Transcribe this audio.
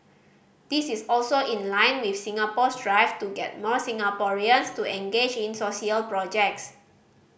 this is also in line with Singapore's drive to get more Singaporeans to engage in social projects